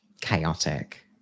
Chaotic